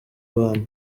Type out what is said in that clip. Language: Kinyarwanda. abantu